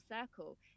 circle